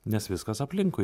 nes viskas aplinkui